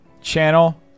channel